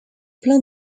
plein